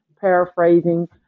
paraphrasing